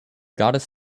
goddess